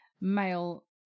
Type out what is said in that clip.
male